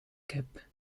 kip